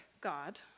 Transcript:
God